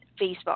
Facebook